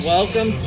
Welcome